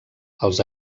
els